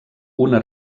una